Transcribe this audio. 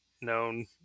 known